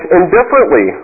indifferently